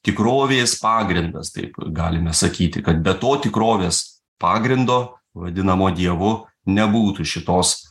tikrovės pagrindas taip galime sakyti kad be to tikrovės pagrindo vadinamo dievu nebūtų šitos